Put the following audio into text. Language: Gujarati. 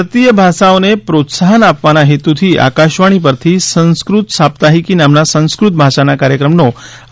ભારતીય ભાષઓને પ્રોત્સાહન આપવાના હેતુથી આકાશવાણી પરથી સંસ્કૃત સાપ્તાહિકી નામના સંસ્કૃત ભાષાના કાર્યક્રમનો આજથી આરંભ થયો છે